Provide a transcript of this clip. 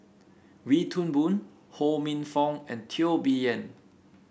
Wee Toon Boon Ho Minfong and Teo Bee Yen